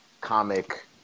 comic